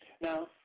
Now